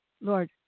Lord